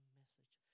message